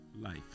life